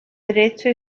derecho